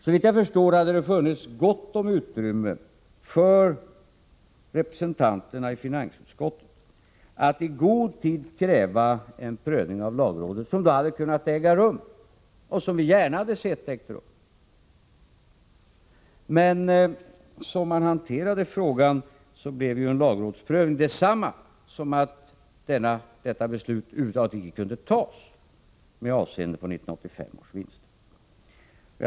Såvitt jag förstår hade det funnits gott om utrymme för representanterna i finansutskottet att i god tid kräva en prövning av lagrådet, som då hade kunnat äga rum, och som vi gärna hade sett äga rum. Men som man hanterade frågan blev en lagrådsprövning detsamma som att detta beslut över huvud taget icke kunde fattas med avseende på 1985 års vinster.